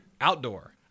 Outdoor